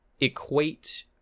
equate